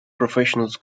professionals